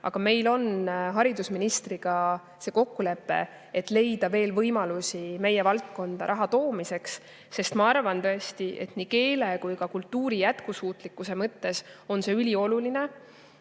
aga meil on haridusministriga kokkulepe leida veel võimalusi meie valdkonda raha toomiseks, sest ma arvan tõesti, et nii keele kui ka kultuuri jätkusuutlikkuse mõttes on see ülioluline.